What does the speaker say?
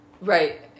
Right